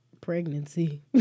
Pregnancy